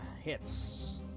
hits